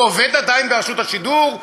הוא עובד עדיין ברשות השידור?